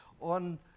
on